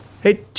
Hey